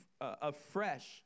afresh